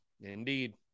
Indeed